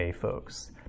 folks